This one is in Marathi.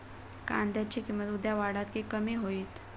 कांद्याची किंमत उद्या वाढात की कमी होईत?